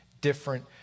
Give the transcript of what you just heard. different